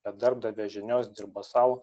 be darbdavio žinios dirba sau